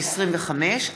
125),